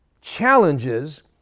challenges